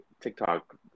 tiktok